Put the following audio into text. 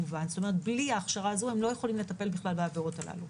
כלומר בלי ההכשרה הזאת הם לא יכולים לטפל בכלל בעבירות האלה.